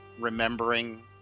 remembering